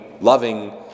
loving